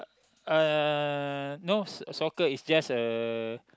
uh no soccer is just a